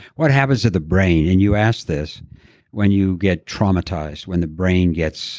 what happens to the brain? and you asked this when you get traumatized when the brain gets